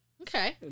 Okay